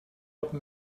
habe